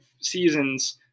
seasons